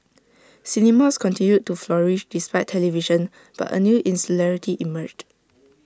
cinemas continued to flourish despite television but A new insularity emerged